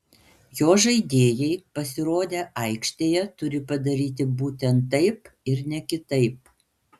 jo žaidėjai pasirodę aikštėje turi padaryti būtent taip ir ne kitaip